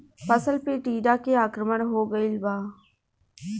फसल पे टीडा के आक्रमण हो गइल बा?